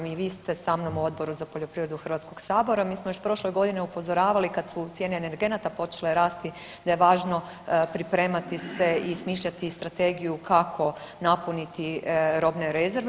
I vi ste sa mnom u Odboru za poljoprivredu Hrvatskog sabora, mi smo još prošle godine upozoravali kad su cijene energenata počele rasti da je važno pripremati se i smišljati strategiju kako napuniti robne rezerve.